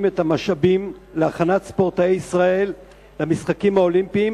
את המשאבים להכנת ספורטאי ישראל למשחקים האולימפיים,